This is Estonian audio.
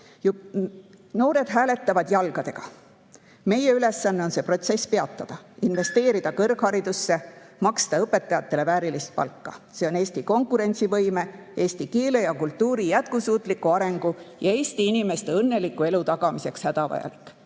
Noored hääletavad jalgadega. Meie ülesanne on see protsess peatada, investeerida kõrgharidusse, maksta õpetajatele väärilist palka. See on Eesti konkurentsivõime, eesti keele ja kultuuri jätkusuutliku arengu ja Eesti inimeste õnneliku elu tagamiseks hädavajalik.